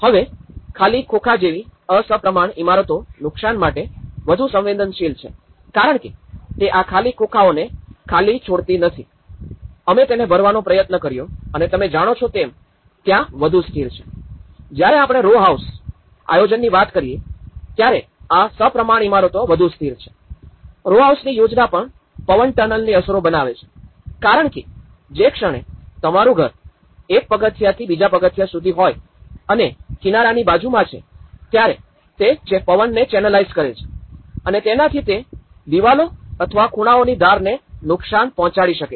હવે ખાલી ખોખા જેવી અસમપ્રમાણ ઇમારતો નુકસાન માટે વધુ સંવેદનશીલ છે કારણ કે તે આ ખાલી ખોખાઓને ખાલી છોડતી નથી અમે તેને ભરવાનો પ્રયત્ન કર્યો અને તમે જાણો છો તેમ ત્યાં વધુ સ્થિર છે જયારે આપણે રોહાઉસ આયોજનની વાત કરીયે ત્યારે આ સપ્રમાણ ઇમારતો વધુ સ્થિર છે રોહાઉસની યોજના પણ પવન ટનલની અસરો બનાવે છે કારણ કે જે ક્ષણે તમારું ઘર એક પગથિયાંથી બીજા પગથિયાં સુધી હોય અને કિનારાની બાજુમાં છે ત્યારે તે પવનને ચેનલાઇઝ્ડ કરે છે અને તેનાથી તે દિવાલો અથવા ખૂણાઓની ધારને નુકસાન પહોંચાડી શકે છે